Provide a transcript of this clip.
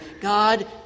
God